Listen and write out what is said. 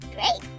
Great